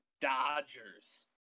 Dodgers